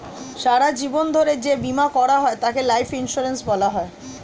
সারা জীবন ধরে যে বীমা করা হয় তাকে লাইফ ইন্স্যুরেন্স বলা হয়